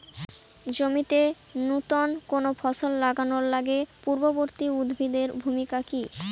জমিতে নুতন কোনো ফসল লাগানোর আগে পূর্ববর্তী উদ্ভিদ এর ভূমিকা কি?